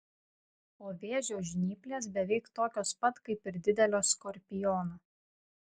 o vėžio žnyplės beveik tokios pat kaip ir didelio skorpiono